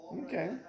Okay